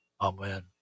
Amen